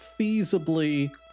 feasibly